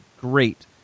Great